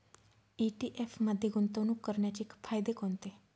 ETF मध्ये गुंतवणूक करण्याचे फायदे कोणते?